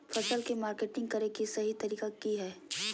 फसल के मार्केटिंग करें कि सही तरीका की हय?